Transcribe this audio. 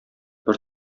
бер